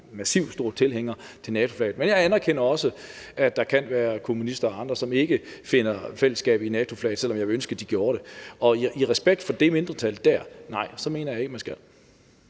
massivt stor tilhænger af NATO-flaget, men jeg anerkender også, at der kan være kommunister og andre, som ikke finder fællesskab i NATO-flaget, selv om jeg ville ønske, de gjorde det. Og i respekt for det mindretal, nej, så mener jeg ikke, man skal.